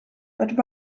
but